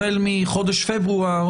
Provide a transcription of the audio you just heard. החל מחודש פברואר,